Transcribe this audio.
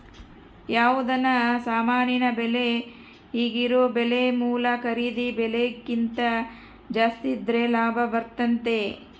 ಯಾವುದನ ಸಾಮಾನಿನ ಬೆಲೆ ಈಗಿರೊ ಬೆಲೆ ಮೂಲ ಖರೀದಿ ಬೆಲೆಕಿಂತ ಜಾಸ್ತಿದ್ರೆ ಲಾಭ ಬರ್ತತತೆ